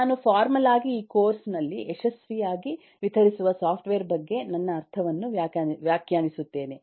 ನಾನು ಫಾರ್ಮಲ್ ಆಗಿ ಈ ಕೋರ್ಸ್ ನಲ್ಲಿ ಯಶಸ್ವಿಯಾಗಿ ವಿತರಿಸುವ ಸಾಫ್ಟ್ವೇರ್ ಬಗ್ಗೆ ನನ್ನ ಅರ್ಥವನ್ನು ವ್ಯಾಖ್ಯಾನಿಸುತ್ತೇನೆ